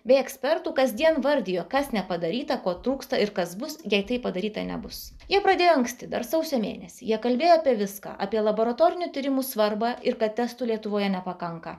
bei ekspertų kasdien vardijo kas nepadaryta ko trūksta ir kas bus jei tai padaryta nebus jie pradėjo anksti dar sausio mėnesį jie kalbėjo apie viską apie laboratorinių tyrimų svarbą ir kad testų lietuvoje nepakanka